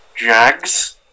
Jags